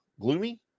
gloomy